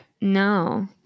No